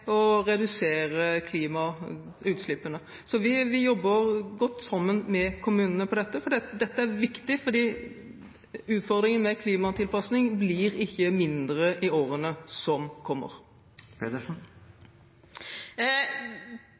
klimautslippene. Så vi jobber godt sammen med kommunene på dette feltet, for dette er viktig, for utfordringen med klimatilpassing blir ikke mindre i årene som kommer.